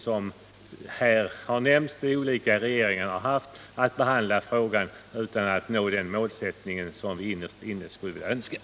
Som här har nämnts har också olika regeringar haft att behandla frågan vid olika tidpunkter utan att nå ett sådant resultat som vi innerst inne skulle ha önskat.